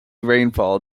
rainfall